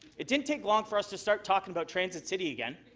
it didn't take long for us to start talking about transit city again,